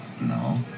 No